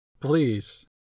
Please